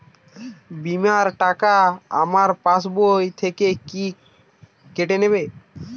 বিমার টাকা আমার পাশ বই থেকে কি কেটে নেবে?